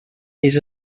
ells